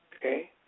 okay